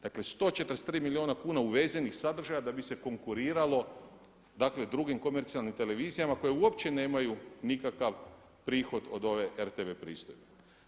Dakle 143 milijuna kuna uvezenih sadržaja da bi se konkuriralo drugim komercijalnim televizijama koje uopće nemaju nikakav prihod od ove RTV pristojbe.